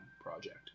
project